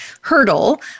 hurdle